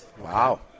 wow